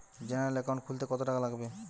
General account খুলতে কত টাকা লাগবে?